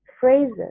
phrases